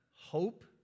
hope